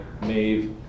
Maeve